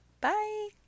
bye